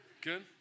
Good